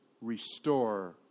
restore